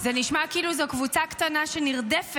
זה נשמע כאילו זו קבוצה קטנה שנרדפת,